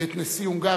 ואת נשיא הונגריה,